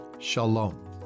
Shalom